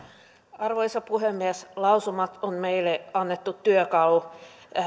arvoisa puhemies lausumat ovat meille annettu työkalu